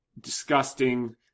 disgusting